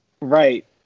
Right